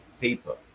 paper